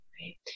right